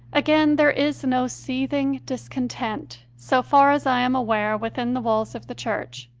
again, there is no seething discontent, so far as i am aware, within the walls of the church.